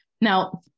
Now